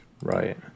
Right